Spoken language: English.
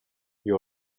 you